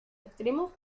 extremos